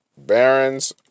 Barons